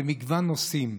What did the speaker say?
במגוון נושאים.